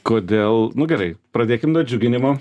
kodėl nu gerai pradėkim nuo džiuginimo